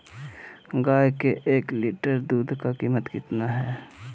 गाय के एक लीटर दूध का कीमत कितना है?